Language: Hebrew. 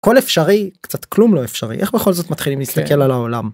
כל אפשרי קצת כלום לא אפשרי איך בכל זאת מתחילים להסתכל על העולם.